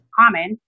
common